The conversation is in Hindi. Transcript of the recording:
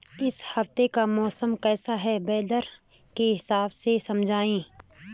इस हफ्ते का मौसम कैसा है वेदर के हिसाब से समझाइए?